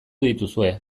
dituzue